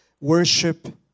worship